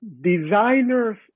designers